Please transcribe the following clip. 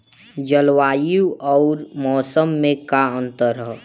जलवायु अउर मौसम में का अंतर ह?